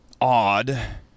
odd